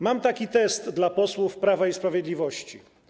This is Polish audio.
Mam taki test dla posłów Prawa i Sprawiedliwości.